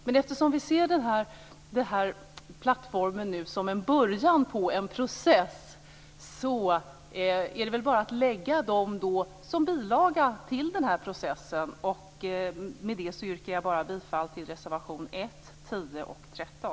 Men eftersom vi ser den här plattformen som en början på en process är det väl bara att lägga dem som bilaga i den här processen. Med det yrkar jag bara bifall till reservationerna 1, 10 och 13.